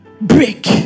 Break